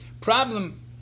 problem